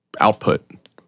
output